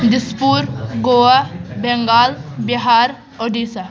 Dispur Goa Bengal Bihar Odisha